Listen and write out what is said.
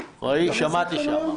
אני יודע, שמעתי שאמרת.